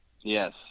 Yes